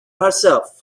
herself